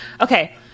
Okay